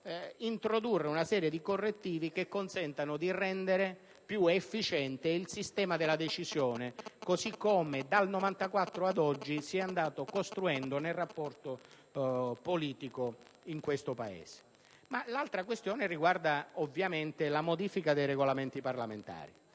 introdurre una serie di correttivi che consentano di rendere più efficiente il sistema della decisione, così come dal 1994 ad oggi si è andato costruendo nel rapporto politico in questo Paese. L'altra questione riguarda la modifica dei Regolamenti parlamentari.